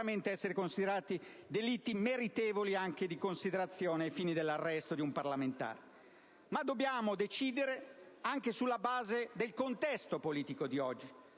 e sono sicuramente meritevoli di considerazione ai fini dell'arresto di un parlamentare. Dobbiamo decidere anche sulla base del contesto politico di oggi,